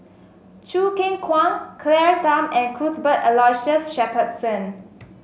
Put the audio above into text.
Choo Keng Kwang Claire Tham and Cuthbert Aloysius Shepherdson